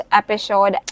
episode